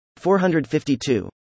452